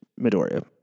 Midoriya